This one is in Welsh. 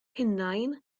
hunain